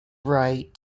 right